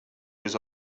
was